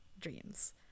dreams